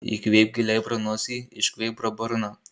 įkvėpk giliai pro nosį iškvėpk pro burną